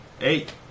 Eight